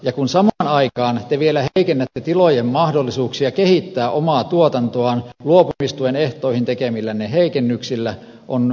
ja kun samaan aikaan te vielä heikennätte tilojen mahdollisuuksia kehittää omaa tuotantoaan luopumistuen ehtoihin tekemillänne heikennyksillä on soppa valmis